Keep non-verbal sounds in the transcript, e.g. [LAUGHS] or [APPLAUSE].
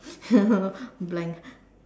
[LAUGHS] blank